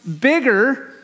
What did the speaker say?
bigger